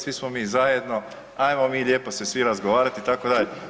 Svi smo mi zajedno, hajmo mi lijepo se svi razgovarati itd.